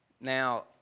Now